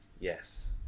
Yes